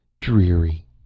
Dreary